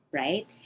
right